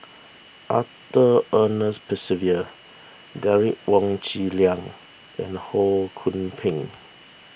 Arthur Ernest Percival Derek Wong Zi Liang and Ho Kwon Ping